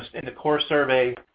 in the core survey,